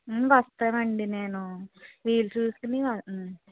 వస్తాము అండి నేను వీలుచూసుకొని